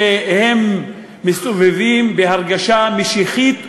שמסתובבים בהרגשה משיחית אובססיבית.